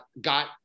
got